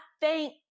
thank